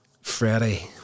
Freddie